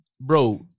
bro